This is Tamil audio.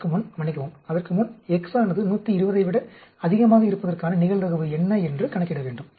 அதற்கு முன் மன்னிக்கவும் அதற்கு முன் x ஆனது 120 ஐ விட அதிகமாக இருப்பதற்கான நிகழ்தகவு என்ன என்று கணக்கிட வேண்டும்